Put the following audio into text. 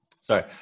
Sorry